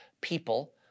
people